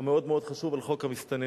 בדיון החשוב מאוד על חוק המסתננים.